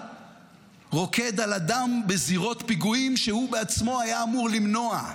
רוקד על הדם בזירות פיגועים שהוא בעצמו היה אמור למנוע.